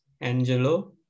Angelo